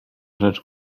rzecz